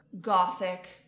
gothic